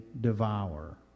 devour